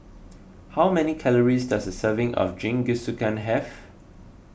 how many calories does a serving of Jingisukan have